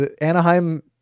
Anaheim